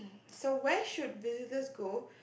so where should visitors go